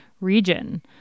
region